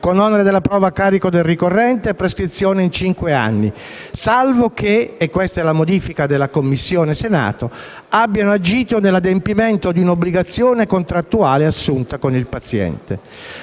con onere della prova a carico del ricorrente e prescrizione a cinque anni) salvo che - questa è la modifica della Commissione sanità del Senato - abbiano agito nell'adempimento di una obbligazione contrattuale assunta con il paziente.